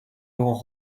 grands